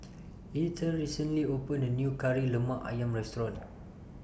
Eithel recently opened A New Kari Lemak Ayam Restaurant